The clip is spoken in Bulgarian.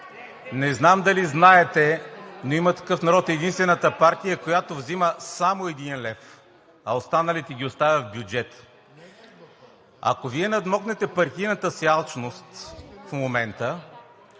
Не знам дали знаете, но „Има такъв народ“ е единствената партия, която взема само 1 лв., а останалите ги оставя в бюджета. Ако надмогнете партийната си алчност, в момента